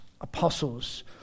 apostles